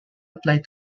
applied